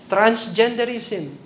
Transgenderism